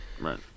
Right